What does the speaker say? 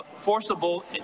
forcible